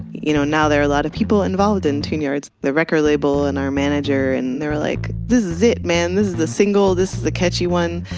you know now, there are a lot of people involved in tune-yards, the record label and our manager and they were like, this is it, man. this is the single, this is the catchy one.